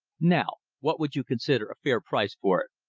now what would you consider a fair price for it?